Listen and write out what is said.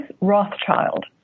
Rothschild